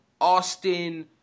Austin